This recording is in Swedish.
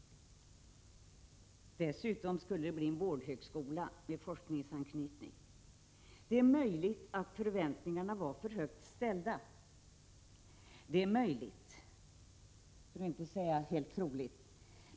Dessutom skulle det bli en vårdhögskola med forskningsanknytning. Det är möjligt — för att inte säga troligt — att förväntningarna var för högt ställda.